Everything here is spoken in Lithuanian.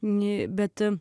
ne bet